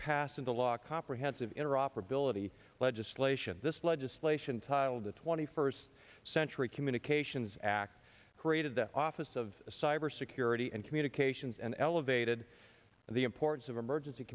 into law comprehensive interoperability legislation this legislation tiled the twenty first century communications act created the office of cyber security and communications and elevated the importance of emergency